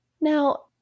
Now